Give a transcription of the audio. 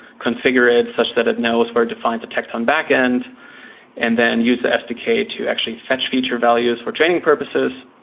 configure it such that it knows where to find the tecton backend and then use the sdk to actually fetch feature values for training purposes.